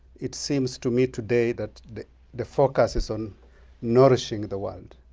it seems to me today that the focus is on nourishing the world.